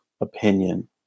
opinion